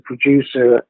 producer